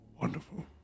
Wonderful